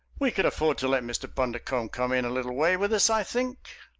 we could afford to let mr. bundercombe come in a little way with us, i think?